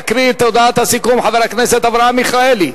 יקריא את הודעת הסיכום חבר הכנסת אברהם מיכאלי.